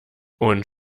und